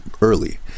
early